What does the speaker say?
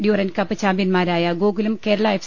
Durand Cup ചാംപ്യൻമാരായ Gokulam Kerala F